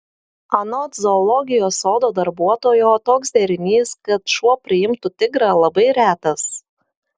anot zoologijos sodo darbuotojo toks derinys kad šuo priimtų tigrą labai retas